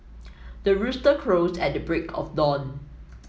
the rooster crows at the break of dawn